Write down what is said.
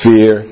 Fear